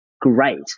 great